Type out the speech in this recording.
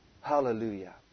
Hallelujah